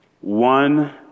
one